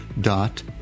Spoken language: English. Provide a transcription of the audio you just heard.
dot